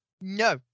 no